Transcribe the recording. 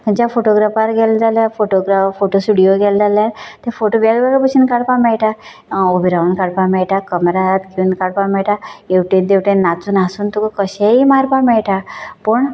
खंयच्या फोटोग्राफान गेलें जाल्यार फोटोग्राफ फोटो स्टुडियोंत गेले जाल्यार ते फोटो वेगळें वेगळें भशेन काडपाक मेळटा उबें रावन काडपाक मेळटा कमरार हात घेवन काडपाक मेळटा हेवटेन तेवटेन नाचून हांसून तुका कशेंय मारपाक मेळटा पण